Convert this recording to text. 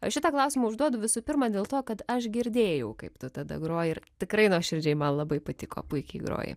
aš šitą klausimą užduodu visų pirma dėl to kad aš girdėjau kaip tu tada groji ir tikrai nuoširdžiai man labai patiko puikiai groji